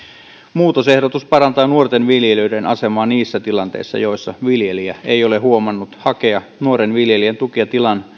muutosehdotus parantaa nuorten viljelijöiden asemaa niissä tilanteissa joissa viljelijä ei ole huomannut hakea nuoren viljelijän tukea